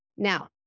Now